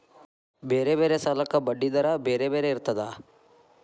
ಬೇರೆ ಬೇರೆ ಸಾಲಕ್ಕ ಬಡ್ಡಿ ದರಾ ಬೇರೆ ಬೇರೆ ಇರ್ತದಾ?